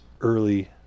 early